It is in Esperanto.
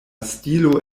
stilo